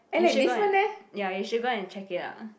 you should go and ya you should go and check it out